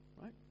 right